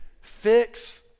fix